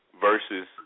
versus